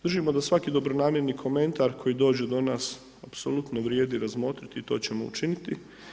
Držimo da svaki dobronamjerni komentar koji dođe do nas apsolutno vrijedi razmotriti i to ćemo učiniti.